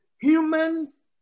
humans